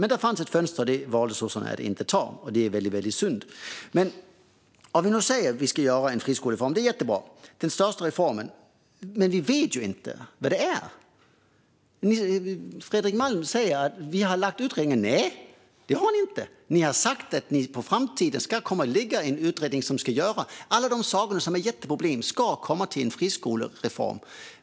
Men det fanns ett fönster, och det valde sossarna att inte se. Det är väldigt synd. Nu säger ni att ni ska göra en friskolereform, den största reformen, och det är jättebra. Men vi vet ju inte vad den är. Vi har lagt utredningar, säger Fredrik Malm. Nej, det har ni inte. Ni har sagt att ni i framtiden kommer att lägga en utredning som ska ta alla de saker som är jätteproblem och komma fram till en friskolereform.